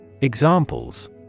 Examples